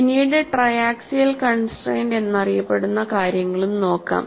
പിന്നീട് triaxial constraint എന്നറിയപ്പെടുന്ന കാര്യങ്ങളും നോക്കാം